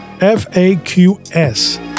F-A-Q-S